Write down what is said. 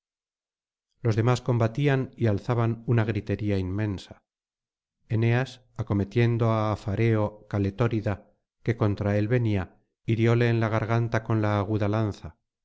los demás combatían y alzaban una gritería inmensa eneas acometiendo á afareo caletórida que contra él venía hirióle en la garganta con la aguda